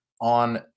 on